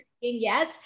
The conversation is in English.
yes